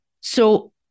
So-